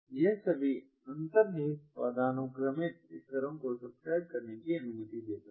यह सभी अंतर्निहित पदानुक्रमित स्तरों की सब्सक्राइब करने की अनुमति देता है